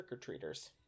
trick-or-treaters